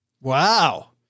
Wow